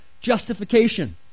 justification